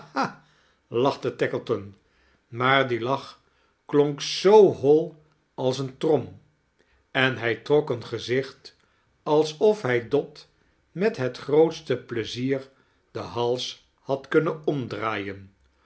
lachte tackleton maar die laoh klonk zoo hoi als een trom en hij took een gezicht alsof hij dot met het grootste plezier den hals had kunnen omdraaien